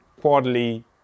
quarterly